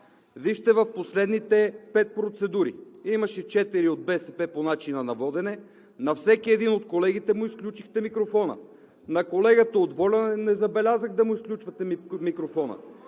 Вижте, в последните пет процедури имаше четири от БСП по начина на водене, на всеки един от колегите му изключихте микрофона. На колегата от ВОЛЯ не забелязах да му изключвате микрофона.